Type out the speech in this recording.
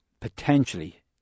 potentially